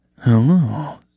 Hello